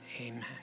Amen